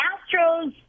Astros